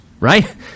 right